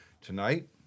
tonight